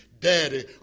Daddy